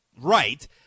right